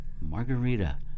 margarita